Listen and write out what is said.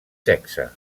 sexe